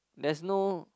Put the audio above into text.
there's no